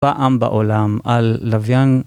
פעם בעולם על לוויין